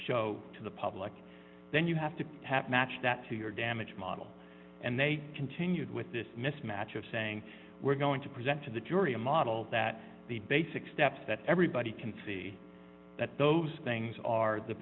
show to the public then you have to have matched that to your damage model and they continued with this mismatch of saying we're going to present to the jury a model that the basic steps that everybody can see that those things are the